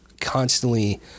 constantly